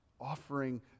offering